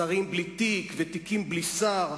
שרים בלי תיק ותיקים בלי שר.